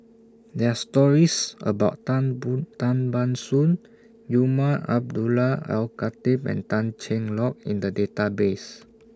There Are stories about Tan boom Tan Ban Soon Umar Abdullah Al Khatib and Tan Cheng Lock in The Database